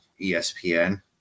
ESPN